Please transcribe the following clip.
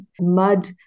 mud